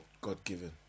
God-given